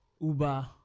uber